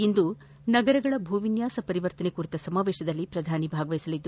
ಇಂದು ನಗರಗಳ ಭೂವಿನ್ಯಾಸ ಪರಿವರ್ತನೆ ಕುರಿತ ಸಮಾವೇಶದಲ್ಲಿ ಅವರು ಭಾಗವಹಿಸಲಿದ್ದ